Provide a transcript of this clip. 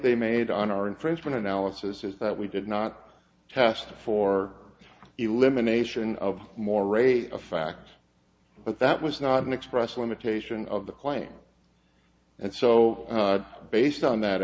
they made on our infringement analysis is that we did not test for elimination of mores a fact but that was not an express limitation of the claim and so based on that